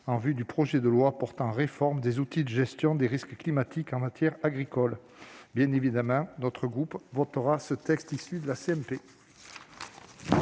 en vue du projet de loi portant réforme des outils de gestion des risques climatiques en agriculture. Bien évidemment, notre groupe votera le texte issu des